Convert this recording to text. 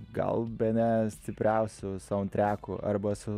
gal bene stipriausiu saundtreku arba su